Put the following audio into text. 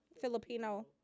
Filipino